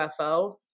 UFO